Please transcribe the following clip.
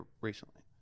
recently